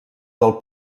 del